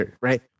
Right